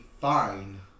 fine